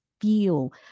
Feel